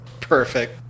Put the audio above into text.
Perfect